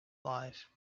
life